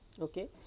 okay